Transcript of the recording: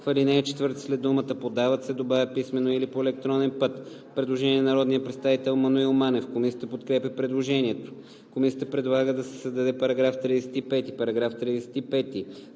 В ал. 4 след думата „подават“ се добавя „писмено или по електронен път“.“ Предложение на народния представител Маноил Манев. Комисията подкрепя предложението. Комисията предлага да се създаде § 35: „§ 35.